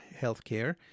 Healthcare